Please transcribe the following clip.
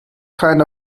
kind